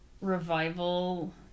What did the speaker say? Revival